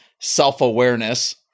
self-awareness